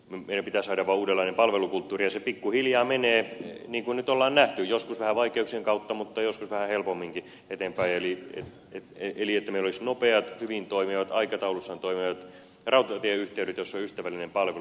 meidän pitää vaan saada uudenlainen palvelukulttuuri ja se pikkuhiljaa menee niin kuin nyt on nähty joskus vähän vaikeuksien kautta mutta joskus vähän helpomminkin eteenpäin jotta meillä olisivat nopeat hyvin toimivat aikataulussaan toimivat rautatieyhteydet joissa on ystävällinen palvelu